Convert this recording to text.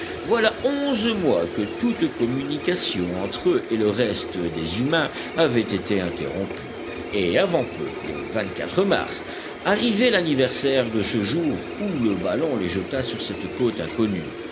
voilà onze mois que toute communication entre eux et le reste des humains avait été interrompue et avant peu le mars arrivait l'anniversaire de ce jour où le ballon les jeta sur cette côte inconnue